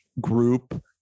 group